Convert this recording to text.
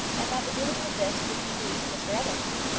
and that the doing of this would be due to mr evans.